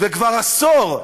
כבר עשור,